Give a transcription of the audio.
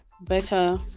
Better